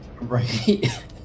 Right